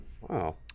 Wow